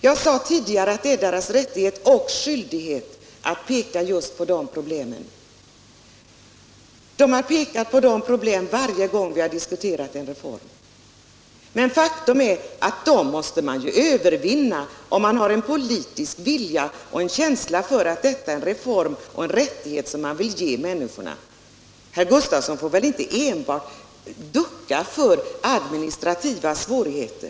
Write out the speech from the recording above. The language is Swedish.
Jag sade tidigare att det är förbundets rättighet och skyldighet att peka just på dessa problem. De har pekat på dem varje gång vi har diskuterat = Nr 136 en reform. Men faktum är att man måste övervinna problemen om man Måndagen den har en politisk vilja och en känsla av att det är en nödvändig reform 23 maj 1977 och en rättighet som man vill ge människorna. Herr Gustavsson får inte enbart ducka för administrativa svårigheter.